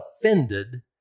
offended